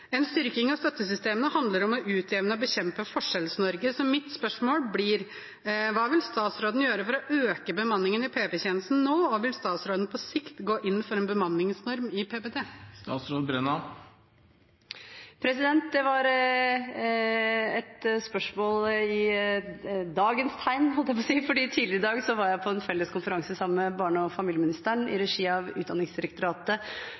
en styrking av støttesystemene handler om å utjevne og bekjempe Forskjells-Norge. Så mitt spørsmål blir: Hva vil statsråden gjøre for å øke bemanningen i PP-tjenesten nå, og vil statsråden på sikt gå inn for en bemanningsnorm i PPT? Det var et spørsmål i dagens tegn, holdt jeg på å si, for tidligere i dag var jeg på en konferanse, sammen med barne- og familieministeren, i